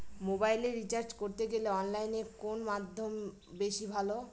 মোবাইলের রিচার্জ করতে গেলে অনলাইনে কোন মাধ্যম বেশি ভালো?